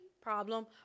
problem